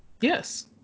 Yes